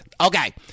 okay